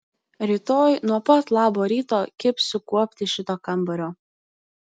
rytoj nuo pat labo ryto kibsiu kuopti šito kambario